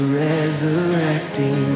resurrecting